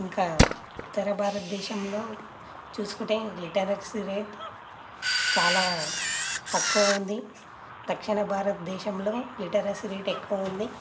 ఇంకా ఉత్తర భారతదేశంలో చూసుకుంటే లిటరసీ రేట్ చాల తక్కువ ఉంది దక్షిణ భారతదేశంలో లిటరసీ రేట్ ఎక్కువ ఉంది